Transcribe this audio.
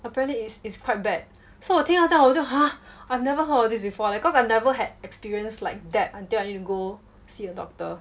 apparently is is quite bad so 我听到这样我就 !huh! I've never heard this before leh cause I've never had experience like that until I need to go see a doctor